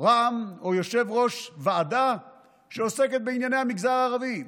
רע"מ או יושב-ראש ועדה שעוסקת בענייני המגזר הערבי.